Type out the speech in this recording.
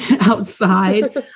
outside